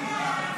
את